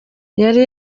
yari